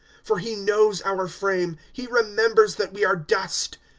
for he knows our frame he remembers that we are dust.